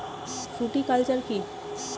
Fruticulture কী?